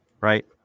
right